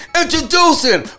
introducing